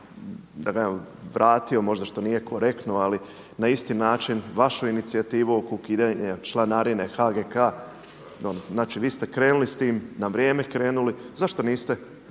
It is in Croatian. bih samo vratio možda što nije korektno, ali na isti način vašu inicijativu oko ukidanja članarine HGK, znači vi ste krenuli s tim na vrijeme krenuli. Zašto niste